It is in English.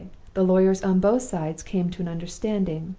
the lawyers on both sides came to an understanding.